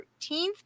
13th